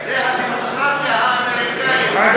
זו הדמוקרטיה האמריקנית שם.